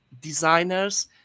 designers